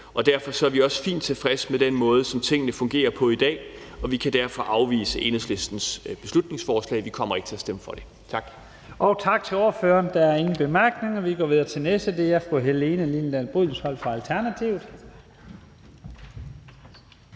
Og derfor er vi også fint tilfredse med den måde, som tingene fungerer på i dag. Vi kan derfor afvise Enhedslistens beslutningsforslag. Vi kommer ikke til at stemme for det. Tak. Kl. 14:28 Første næstformand (Leif Lahn Jensen): Tak til ordføreren. Der er ingen korte bemærkninger. Vi går videre til den næste, og det er fru Helene Liliendahl Brydensholt fra Alternativet.